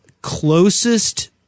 closest